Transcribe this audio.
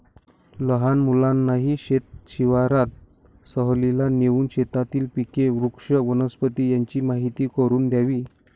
लहान मुलांनाही शेत शिवारात सहलीला नेऊन शेतातील पिके, वृक्ष, वनस्पती यांची माहीती करून द्यावी